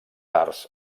arts